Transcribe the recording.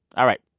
all right,